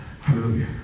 hallelujah